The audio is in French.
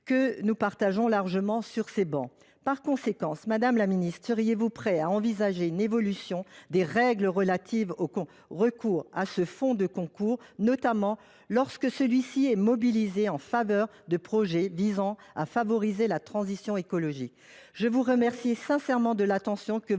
que nous partageons largement sur ces travées. Par conséquent, madame la secrétaire d’État, le Gouvernement est-il prêt à envisager une évolution des règles relatives au recours à ce fonds de concours, notamment lorsque celui-ci est mobilisé en faveur de projets visant à favoriser la transition écologique ?